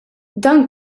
dan